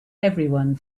everyone